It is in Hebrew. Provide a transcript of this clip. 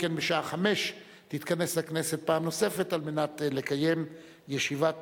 17:00 תתכנס הכנסת פעם נוספת על מנת לקיים ישיבת